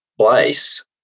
place